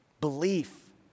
Belief